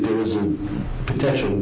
there was a potential